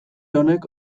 honek